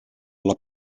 alla